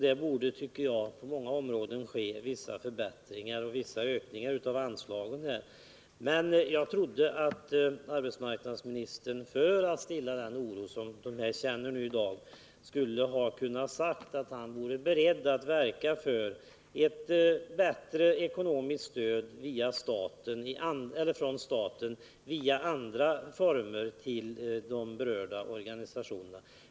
Det borde, tycker jag, på många områden bli vissa förbättringar och vissa ökningar av anslagen här. Jag trodde att arbetsmarknadsministern, för att stilla den oro som dessa föreningar känner i dag, skulle ha sagt att han är beredd att verka för ett bättre ekonomiskt stöd i andra former från staten till berörda organisationer.